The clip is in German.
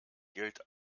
gilt